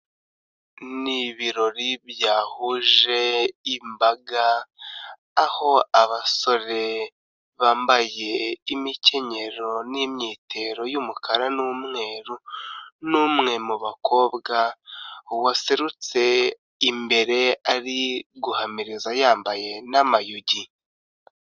Ni ibirori byahuje imbaga aho abasore bambaye imikenyero n'imyitero y'umukara n'umweru n'umwe mu bakobwa waserutse imbere ari guhamiriza yambaye n'amayugi.